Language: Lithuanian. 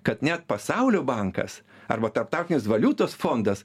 kad net pasaulio bankas arba tarptautinis valiutos fondas